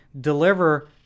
deliver